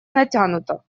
натянута